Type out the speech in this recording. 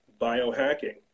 biohacking